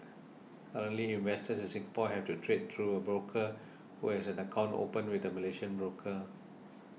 currently investors in Singapore have to trade through a broker who has an account opened with a Malaysian broker